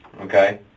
okay